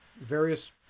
various